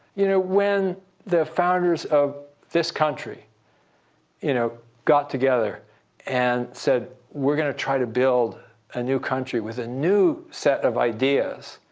you know when the founders of this country you know got together and said, we're going to try to build a new country with a new set of ideas.